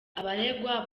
abaregwa